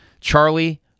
Charlie